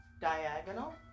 diagonal